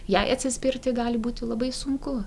jai atsispirti gali būti labai sunku